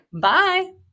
bye